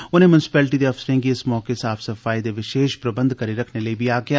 उनें म्युनिसिपलटी दे अफसरें गी इस मौके लेई साफ सफाई दे विशेष प्रबंध करी रक्खने लेई बी आक्खेआ